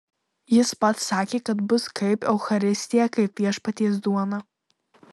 jis pats sakė kad bus kaip eucharistija kaip viešpaties duona